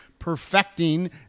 Perfecting